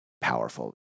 powerful